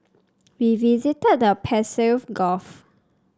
we visited the Persian Gulf